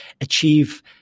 achieve